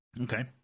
Okay